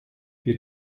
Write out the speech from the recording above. wir